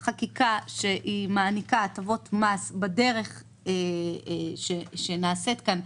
וכל חקיקה שמעניקה הטבות מס בדרך שנעשית כאן,